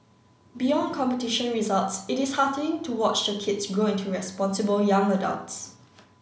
beyond competition results it is heartening to watch the kids grow into responsible young adults